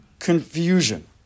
confusion